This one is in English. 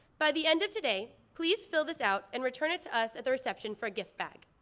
by the end of today, please fill this out and return it to us at the reception for a gift bag.